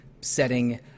setting